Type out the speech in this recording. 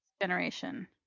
generation